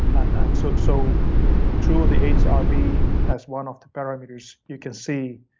and and so so through the aids are we as one of the parameters, you can see